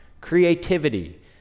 creativity